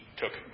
took